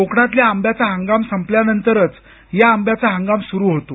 कोकणातल्या आंब्याचा हंगाम संपल्यानंतरच या आंब्याचा हंगाम सुरू होतो